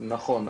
נכון,